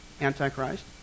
antichrist